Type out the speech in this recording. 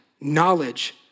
knowledge